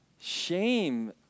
shame